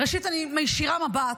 ראשית, אני מישירה מבט